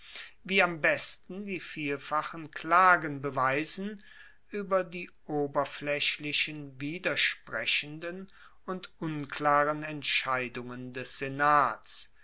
wie am besten die vielfachen klagen beweisen ueber die oberflaechlichen widersprechenden und unklaren entscheidungen des senats